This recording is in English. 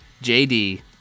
JD